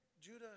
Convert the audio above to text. Judah